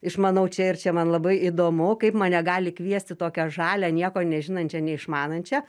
išmanau čia ir čia man labai įdomu kaip mane gali kviesti tokią žalią nieko nežinančią neišmanančią